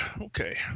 Okay